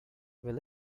will